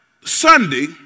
Sunday